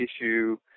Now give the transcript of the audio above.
issue